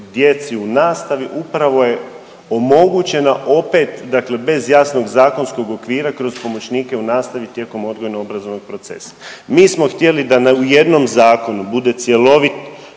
u nastavi upravo je omogućena opet dakle bez jasnog zakonskog okvira kroz pomoćnike u nastavi tijekom odgojno-obrazovnog procesa. Mi smo htjeli da na, u jednom zakonu bude cjelovit